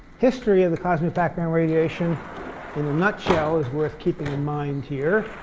history of the cosmic background radiation in a nutshell is worth keeping in mind here.